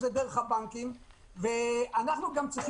צריך